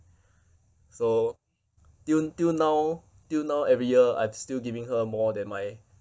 so till till now till now every year I'm still giving her more than my